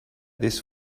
this